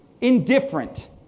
Indifferent